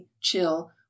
chill